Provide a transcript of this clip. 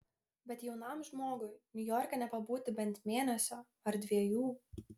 bet jaunam žmogui niujorke nepabūti bent mėnesio ar dviejų